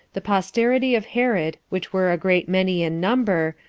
the posterity of herod, which were a great many in number,